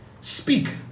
speak